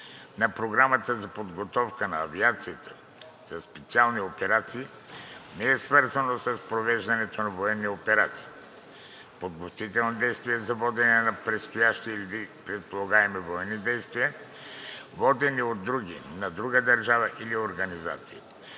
на Програмата за подготовка на авиацията за специални операции не е свързано с провеждането на военни операции, подготвителни действия за водене на предстоящи или предполагаеми военни действия, водени от други (на друга държава или организация)